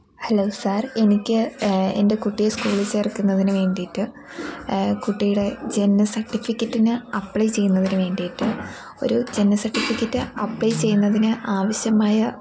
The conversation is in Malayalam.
ഹലോ സാർ എനിക്ക് എൻ്റെ കുട്ടിയെ സ്കൂളിൽ ചേർക്കുന്നതിന് വേണ്ടീട്ട് കുട്ടിയുടെ ജനന സർട്ടിഫിക്കറ്റിന് അപ്ലൈ ചെയ്യുന്നതിന് വേണ്ടീട്ട് ഒരു ജനന സർട്ടിഫിക്കറ്റ് അപ്ലൈ ചെയ്യുന്നതിന് ആവശ്യമായ